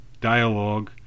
dialogue